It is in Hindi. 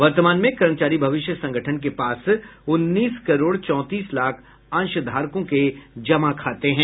वर्तमान में कर्मचारी भविष्य संगठन के पास उन्नीस करोड़ चौंतीस लाख अंशधारकों के जमा खाते हैं